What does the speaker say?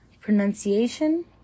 pronunciation